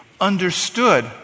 understood